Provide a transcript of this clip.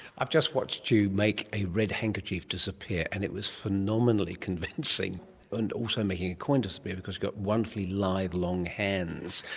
i've just watched you make a red handkerchief disappear and it was phenomenally convincing and also making a coin disappear because you've wonderfully lithe, long hands.